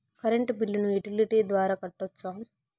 Current బిల్లును utility ద్వారా కట్టొచ్చా?